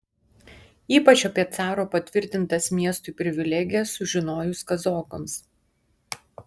ypač apie caro patvirtintas miestui privilegijas sužinojus kazokams